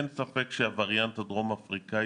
אין ספק שהווריאנט הדרום אפריקני